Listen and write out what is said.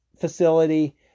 facility